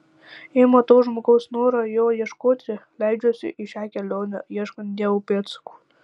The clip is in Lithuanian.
jei matau žmogaus norą jo ieškoti leidžiuosi į šią kelionę ieškant dievo pėdsakų